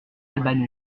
albano